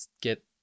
get